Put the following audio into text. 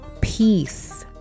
Peace